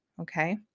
Okay